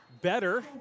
better